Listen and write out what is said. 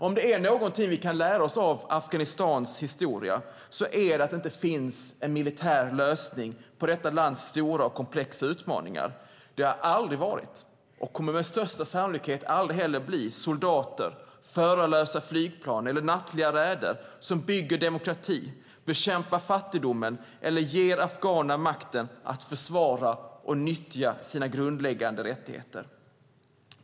Om det är något vi kan lära av Afghanistans historia är det att det inte finns en militär lösning på detta lands stora och komplexa utmaningar. Det har aldrig varit och kommer med största sannolikhet aldrig att bli soldater, förarlösa flygplan eller nattliga räder som bygger demokrati, bekämpar fattigdom eller ger afghanerna makten att försvara och nyttja sina grundläggande rättigheter.